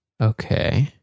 Okay